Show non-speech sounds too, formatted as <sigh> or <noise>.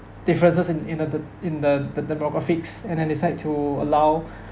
differences in in the the in the de~ demographics and then decide to allow <breath>